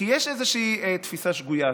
כי יש איזושהי תפיסה שגויה.